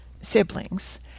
siblings